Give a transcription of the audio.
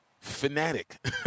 fanatic